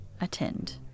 attend